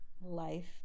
life